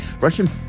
Russian